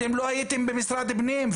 אתם לא הייתם במשרד הפנים,